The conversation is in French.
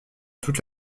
toute